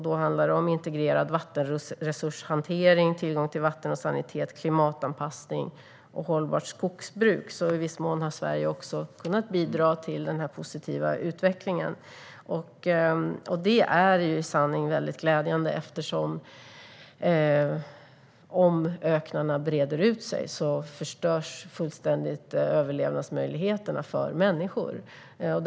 Det handlar om integrerad vattenresurshantering, tillgång till vatten och sanitet, klimatanpassning och hållbart skogsbruk, så i viss mån har Sverige också kunnat bidra till denna positiva utveckling. Detta är i sanning väldigt glädjande, för om öknarna breder ut sig förstörs överlevnadsmöjligheterna för människor fullständigt.